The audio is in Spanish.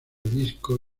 disco